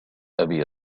أبي